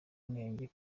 menge